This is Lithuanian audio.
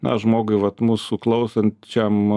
na žmogui vat mūsų klausančiam